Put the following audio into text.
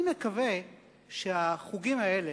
אני מקווה שהחוגים האלה,